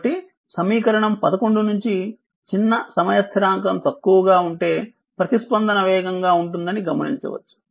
కాబట్టి సమీకరణం 11 నుంచి చిన్న సమయ స్థిరాంకం తక్కువగా ఉంటే ప్రతిస్పందన వేగంగా ఉంటుందని గమనించవచ్చు